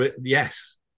yes